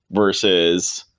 versus,